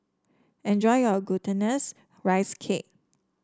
enjoy your Glutinous Rice Cake